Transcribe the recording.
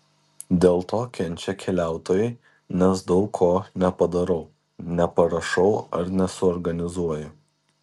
dėl to kenčia keliautojai nes daug ko nepadarau neparašau ar nesuorganizuoju